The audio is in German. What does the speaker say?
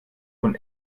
von